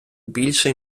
більше